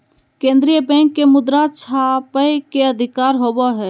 केन्द्रीय बैंक के मुद्रा छापय के अधिकार होवो हइ